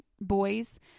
boys